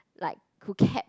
like who kept